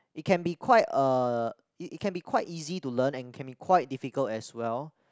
it can be quite uh it it can be quite easy to learn and it can be quite difficult as well